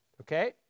okay